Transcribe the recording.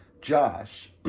Josh